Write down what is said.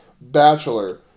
Bachelor